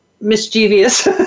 mischievous